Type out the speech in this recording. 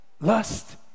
lust